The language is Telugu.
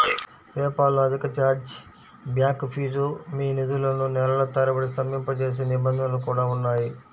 పేపాల్ లో అధిక ఛార్జ్ బ్యాక్ ఫీజు, మీ నిధులను నెలల తరబడి స్తంభింపజేసే నిబంధనలు కూడా ఉన్నాయి